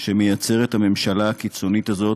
שמייצרת הממשלה הקיצונית הזאת,